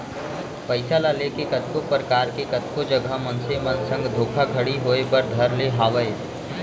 पइसा ल लेके कतको परकार के कतको जघा मनसे मन संग धोखाघड़ी होय बर धर ले हावय